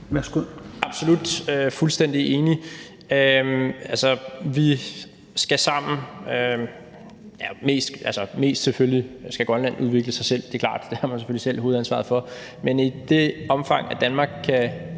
Absolut, fuldstændig enig. Mest skal Grønland selvfølgelig udvikle sig selv, det er klart, det har man selvfølgelig selv hovedansvaret for. Men i det omfang at Danmark kan